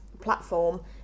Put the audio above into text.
platform